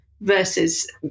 versus